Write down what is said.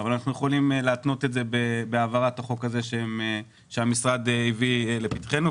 אבל אנחנו יכולים להתנות את זה בהעברת החוק הזה שהמשרד הביא לפתחנו.